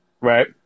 Right